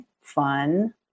fun